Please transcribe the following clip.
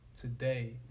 today